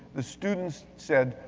the students said,